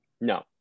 No